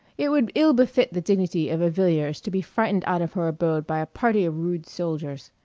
it would ill befit the dignity of a villiers to be frightened out of her abode by a party of rude soldiers.